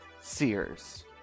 Sears